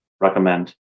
recommend